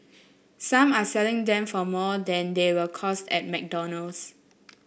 some are selling them for more than they will cost at McDonald's